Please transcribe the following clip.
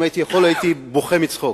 אם הייתי יכול, הייתי בוכה מצחוק,